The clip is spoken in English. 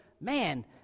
man